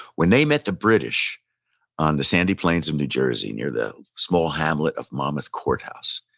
when they met the british on the sandy plains of new jersey, near the small hamlet of monmouth courthouse,